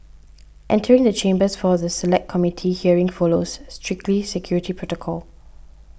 entering the chambers for the Select Committee hearing follows strict security protocol